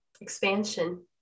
Expansion